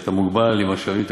כשאתה מוגבל במשאבים תקציביים,